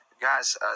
guys